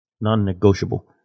Non-negotiable